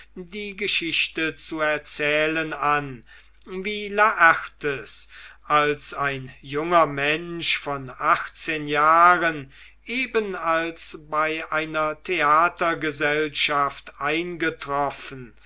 die geschichte zu erzählen an wie laertes als ein junger mensch von achtzehn jahren eben als er bei einer theatergesellschaft eingetroffen